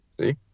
See